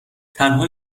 تنها